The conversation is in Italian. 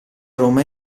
roma